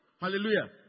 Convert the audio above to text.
Hallelujah